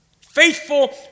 Faithful